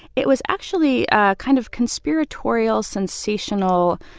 it was actually ah kind of conspiratorial, sensational,